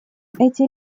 эти